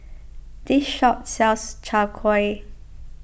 this shop sells Chai Kueh